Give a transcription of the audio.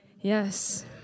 Yes